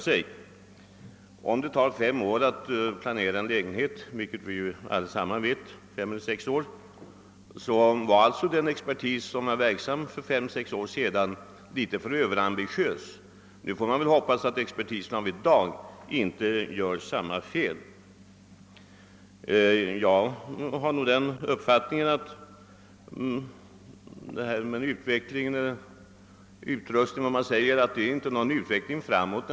Om, som vi alla vet, det tar fem, sex år att planera en lägenhet, var alltså den expertis som var verksam för fem, sex år sedan litet för överambitiös. Nu får man hoppas att dagens expertis inte gör samma fel. Jag har nog den uppfattningen att en alltför modern utrustning inte innebär någon utveckling framåt.